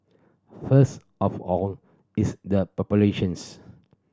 first of all it's the populations